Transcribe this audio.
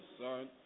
son